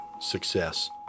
success